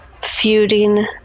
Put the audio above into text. feuding